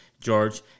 George